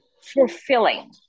fulfilling